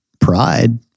Pride